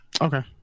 okay